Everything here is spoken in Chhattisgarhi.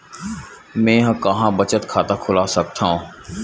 मेंहा कहां बचत खाता खोल सकथव?